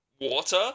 water